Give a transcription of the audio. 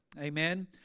Amen